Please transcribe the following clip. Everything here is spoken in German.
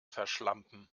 verschlampen